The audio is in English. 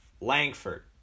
Langford